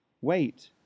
Wait